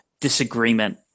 disagreement